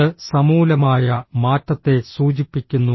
ഇത് സമൂലമായ മാറ്റത്തെ സൂചിപ്പിക്കുന്നു